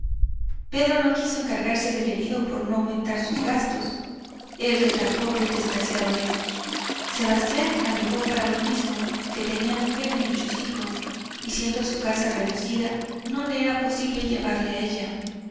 pedro no quiso encargarse del herido por no aumentar sus gastos él que tan pobre y desgraciado es sebastián alegó para lo mismo que tenía mujer y muchos hijos y siendo su casa reducida no le era posible llevarle a ella